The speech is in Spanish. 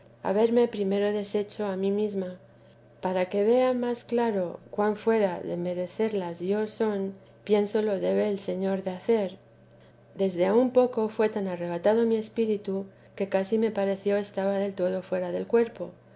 haberme primero deshecho a mí mesma para que vea más claro cuan fuera de merecerlas yo soy pienso lo debe el señor de hacer desde a un poco fué tan arrebatado mi espíritu que casi me pareció estaba del todo fuera del cuerpo